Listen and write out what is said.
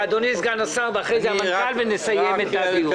אדוני סגן השר, המנכ"ל, ונסיים את הדיון.